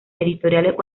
editoriales